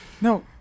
No